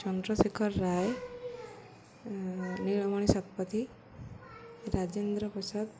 Chandrashekhar Ray Nilamani Satpathy Rajendra Prasad